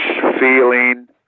feeling